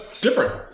different